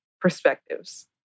perspectives